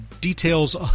details